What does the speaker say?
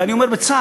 ואני אומר בצער,